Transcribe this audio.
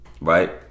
right